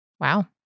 Wow